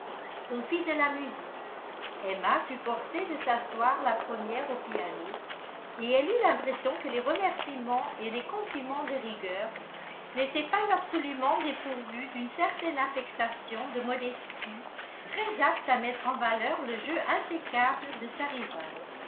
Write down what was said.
on fit de la musique emma fut forcée de s'asseoir la première au piano et elle eut l'impression que les remerciements et les compliments de rigueur n'étaient pas absolument dépourvus d'une certaine affectation de modestie très apte à mettre en valeur le jeu impeccable de sa rivale